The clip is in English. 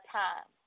time